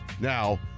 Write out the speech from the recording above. Now